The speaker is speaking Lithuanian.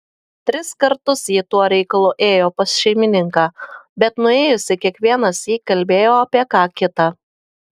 tris kartus ji tuo reikalu ėjo pas šeimininką bet nuėjusi kiekvienąsyk kalbėjo apie ką kita